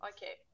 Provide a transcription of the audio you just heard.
Okay